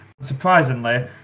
Surprisingly